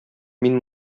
мин